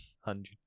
hundred